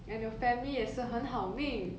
and your family 也是很好命